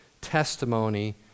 testimony